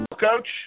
Coach